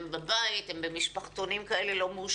האם הם בבית או במשפחתונים לא מאושרים,